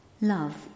Love